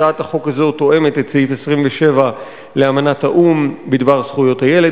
הצעת החוק הזו תואמת את סעיף 27 לאמנת האו"ם בדבר זכויות הילד,